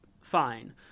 fine